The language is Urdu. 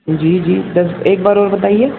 جی جی دس ایک بار اور بتائیے